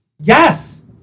Yes